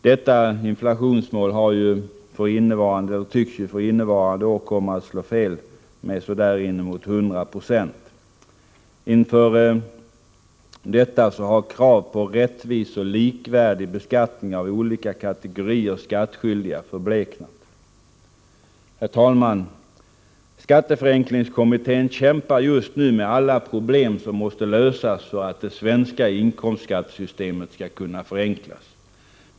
Detta inflationsmål tycks för innevarande år komma att slå fel med inemot 100 96. Inför detta har krav på rättvis och likvärdig beskattning av olika kategorier skattskyldiga förbleknat. Herr talman! Skatteförenklingskommittén kämpar just nu med alla problem som måste lösas för att det svenska inkomstsskattesystemet skall kunna förenklas.